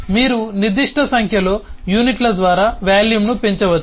మీరు నిర్దిష్ట సంఖ్యలో యూనిట్ల ద్వారా వాల్యూమ్ను పెంచవచ్చు